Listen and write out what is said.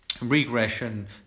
regression